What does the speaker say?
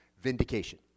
vindication